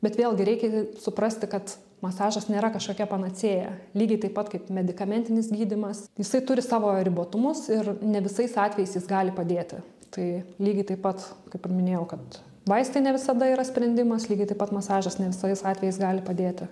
bet vėlgi reikia suprasti kad masažas nėra kažkokia panacėja lygiai taip pat kaip medikamentinis gydymas jisai turi savo ribotumus ir ne visais atvejais jis gali padėti tai lygiai taip pat kaip ir minėjau kad vaistai ne visada yra sprendimas lygiai taip pat masažas ne visais atvejais gali padėti